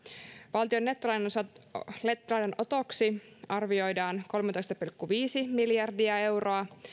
valtion nettolainanotoksi arvioidaan kolmetoista pilkku viisi miljardia euroa